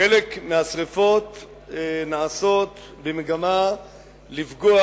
חלק מהשרפות נעשות במגמה לפגוע